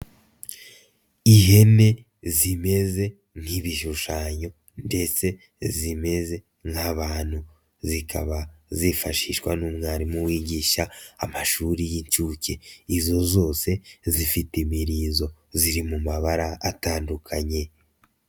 Ihene zimeze nk'ibishushanyo ndetse zimeze nk'abantu, zikaba zifashishwa n'umwarimu wigisha amashuri y'inshuke, izo zose zifite imirizo ziri mu mabara atandukanye.